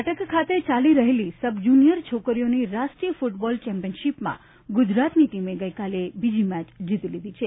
કટક ખાતે ચાલી રહેલી સબ જુનિયર છોકરીઓની રાષ્ટ્રીય ફૂટબોલ ચેમ્પિયનશીપમાં ગુજરાતની ટીમે ગઇકાલે બીજી મેચ જીતી લીધી છે